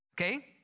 okay